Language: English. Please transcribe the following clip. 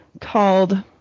called